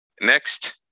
Next